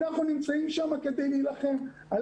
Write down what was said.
ואנחנו נמצאים שם כדי להילחם על